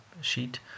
sheet